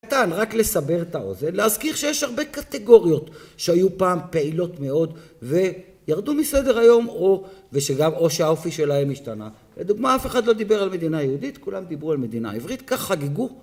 קטן רק לסבר את האוזן, להזכיר שיש הרבה קטגוריות שהיו פעם פעילות מאוד וירדו מסדר היום או שהאופי שלהם השתנה לדוגמה אף אחד לא דיבר על מדינה יהודית, כולם דיברו על מדינה עברית, כך חגגו